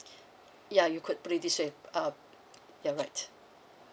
ya you could uh you're right